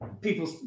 people